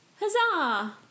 Huzzah